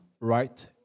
right